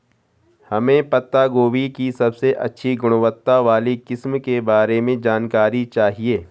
हमें पत्ता गोभी की सबसे अच्छी गुणवत्ता वाली किस्म के बारे में जानकारी चाहिए?